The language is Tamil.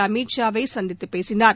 அமித் ஷாவை சந்தித்து பேசினார்